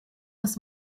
das